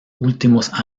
últimos